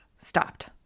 stopped